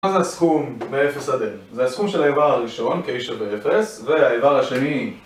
מה זה הסכום ב-0 עד n? זה הסכום של האיבר הראשון כ-a שווה 0 והאיבר השני